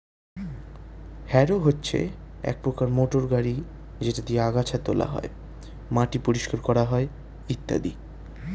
harrow হচ্ছে এক প্রকার মোটর গাড়ি যেটা দিয়ে আগাছা তোলা হয়, মাটি পরিষ্কার করা হয় ইত্যাদি